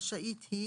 רשאית היא